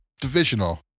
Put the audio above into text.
divisional